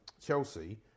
Chelsea